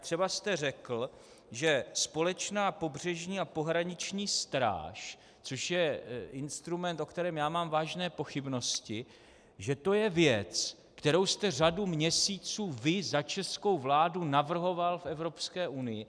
Třeba jste řekl, že společná pobřežní a pohraniční stráž, což je instrument, o kterém mám vážné pochybnosti, že to je věc, kterou jste řadu měsíců vy za českou vládu navrhoval v Evropské unii.